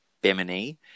Bimini